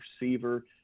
receiver